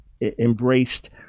embraced